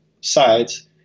sides